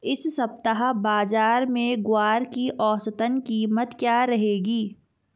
इस सप्ताह बाज़ार में ग्वार की औसतन कीमत क्या रहेगी?